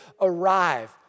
arrive